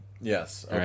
Yes